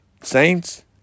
saints